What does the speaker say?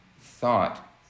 Thought